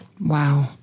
Wow